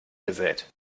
gesät